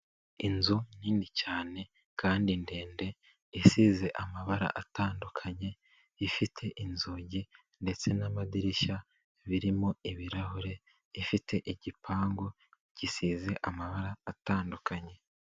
Inzu nini cyane kandi ndende isize amabara atandukanye ifite inzugi ndetse n'amadirishya birimo ibirahure, ifite igipangu gisize amabara atandukanye.